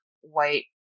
white